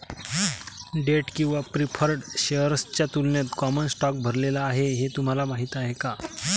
Date किंवा preferred शेअर्सच्या तुलनेत कॉमन स्टॉक भरलेला आहे हे तुम्हाला माहीत आहे का?